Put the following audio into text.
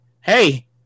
hey